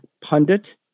Pundit